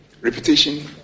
reputation